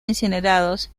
incinerados